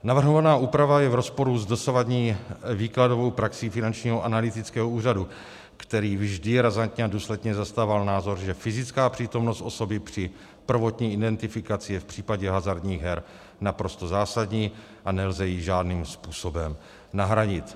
Navrhovaná úprava je v rozporu s dosavadní výkladovou praxí Finančního analytického úřadu, který vždy razantně a důsledně zastával názor, že fyzická přítomnost osoby při prvotní identifikaci je v případě hazardních her naprosto zásadní a nelze ji žádným způsobem nahradit.